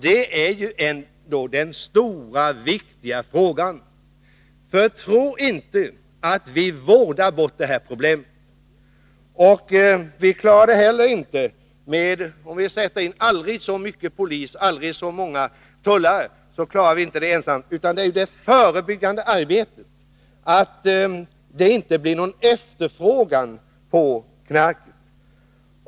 Detta är ju ändå den stora och viktiga frågan, för tro inte att vi vårdar bort det här problemet! Vi klarar det inte genom isolerade åtgärder, även om vi sätter in aldrig så många poliser och aldrig så många tullare. Det är det förebyggande arbetet som är särskilt betydelsefullt. Det gäller att se till att det inte blir någon efterfrågan på knark.